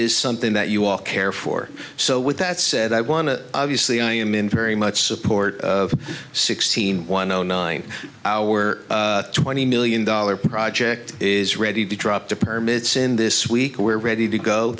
is something that you all care for so with that said i want to obviously i am in very much support of sixteen one zero nine twenty million dollars project is ready to drop the permits in this week we're ready to go